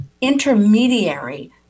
intermediary